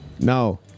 No